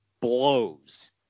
blows